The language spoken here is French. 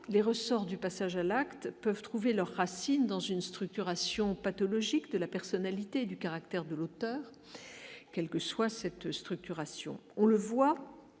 les ressorts du passage à l'acte, peuvent trouver leurs racines dans une structuration pathologiques de la personnalité du caractère de l'auteur, quelle que soit cette structuration, on le voit,